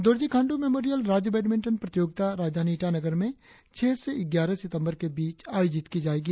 Dorjee Khandu memorial राज्य badminton प्रतियोगिता राजधानी ईटानगर में छह से ग्यारह सितंबर के बीच आयोजित की जाएगी